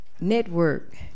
Network